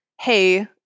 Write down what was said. hey